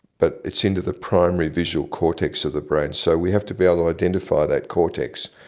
but it's into the primary visual cortex of the brain. so we have to be able to identify that cortex,